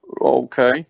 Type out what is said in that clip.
Okay